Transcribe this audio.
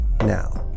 now